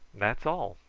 that's all.